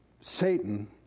Satan